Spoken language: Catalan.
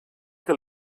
que